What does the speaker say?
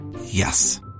Yes